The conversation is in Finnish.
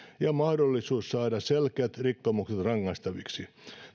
ja mahdollisuus saada selkeät rikkomukset rangaistaviksi